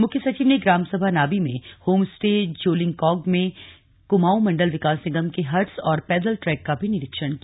मुख्य सचिव ने ग्रामसभा नाबी में होम स्टे ज्योलिंग कॉग में कुमाऊं मण्डल विकास निगम के हट्स और पैदल ट्रैक का भी निरीक्षण किया